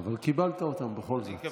אבל קיבלת אותן בכל זאת.